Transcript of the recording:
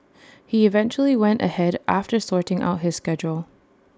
he eventually went ahead after sorting out his schedule